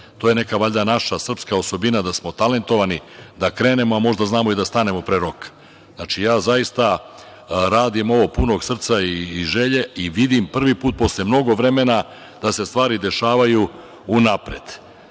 To je neka valjda naša, srpska osobina, da smo talentovani da krenemo, a možda znamo i da stanemo pre roka. Znači, ja zaista radim ovo punog srca i želje i vidim, prvi put, posle mnogo vremena, da se stvari dešavaju unapred.Sećam